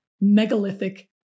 megalithic